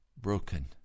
broken